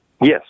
Yes